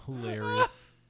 Hilarious